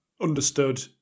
understood